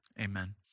amen